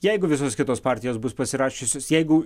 jeigu visos kitos partijos bus pasirašiusios jeigu